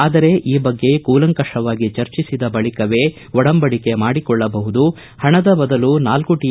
ಆದರೆ ಈ ಬಗ್ಗೆ ಕೂಲಂಕಷವಾಗಿ ಚರ್ಚಿಸಿದ ಬಳಿಕವೇ ಒಡಂಬಡಿಕೆ ಮಾಡಿಕೊಳ್ಳಬಹುದು ಪಣದ ಬದಲು ನಾಲ್ಕು ಟಿ